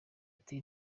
ati